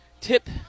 tip